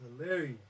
hilarious